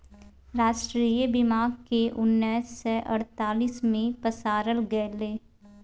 राष्ट्रीय बीमाक केँ उन्नैस सय अड़तालीस मे पसारल गेलै